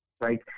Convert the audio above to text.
Right